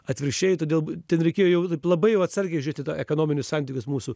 atvirkščiai todėl ten reikėjo jau labai jau atsargiai žiūrėt į tą ekonominius santykius mūsų